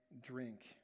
drink